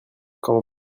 quand